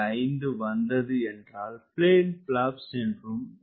5 வந்தது என்றால் plain flaps என்றும் 1